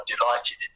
delighted